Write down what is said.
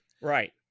Right